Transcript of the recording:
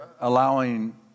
allowing